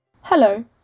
Hello